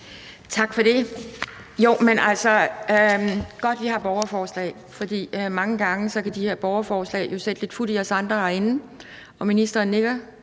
Tak for det. Jo, men altså, det er godt, vi har borgerforslag, for mange gange kan de her borgerforslag jo sætte lidt fut i os andre herinde – og ministeren nikker